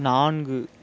நான்கு